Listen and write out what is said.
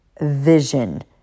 vision